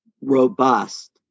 robust